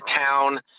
town –